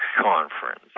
Conference